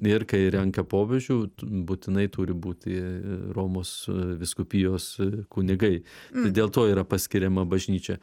ir kai renka popiežių būtinai turi būti romos vyskupijos kunigai tai dėl to yra paskiriama bažnyčia